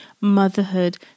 motherhood